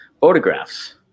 photographs